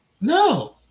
No